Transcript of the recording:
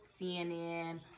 CNN